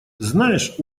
знаешь